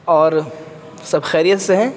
اور سب خیریت سے ہیں